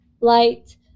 light